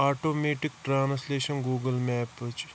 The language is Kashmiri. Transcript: automatic translation Google میپٕچ